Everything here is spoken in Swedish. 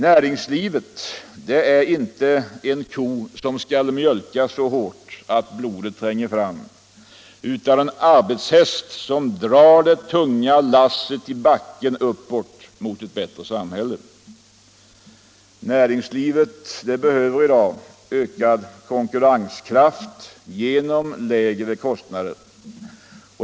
Näringslivet är inte en ko som skall mjölkas så hårt att blodet tränger fram, utan en arbetshäst som drar det tunga lasset i backen uppåt mot ett bättre samhälle. Näringslivet behöver i dag ökad konkurrenskraft genom lägre kostnader.